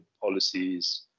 policies